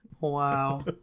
wow